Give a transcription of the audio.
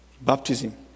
Baptism